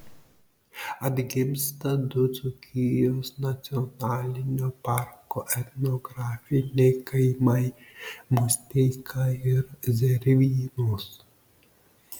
atgimsta du dzūkijos nacionalinio parko etnografiniai kaimai musteika ir zervynos